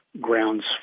grounds